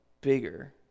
bigger